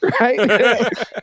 right